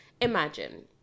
imagine